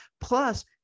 plus